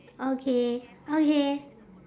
okay okay